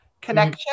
connection